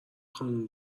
خانم